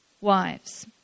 wives